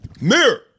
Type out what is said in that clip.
Mirror